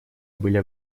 были